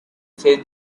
says